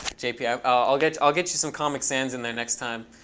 jp, yeah ah i'll get i'll get you some comic sans in there next time.